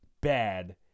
bad